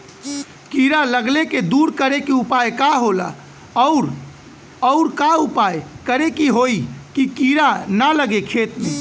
कीड़ा लगले के दूर करे के उपाय का होला और और का उपाय करें कि होयी की कीड़ा न लगे खेत मे?